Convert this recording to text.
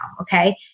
okay